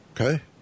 Okay